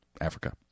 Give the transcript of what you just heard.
Africa